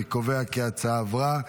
אני קובע כי ההצעה עברה.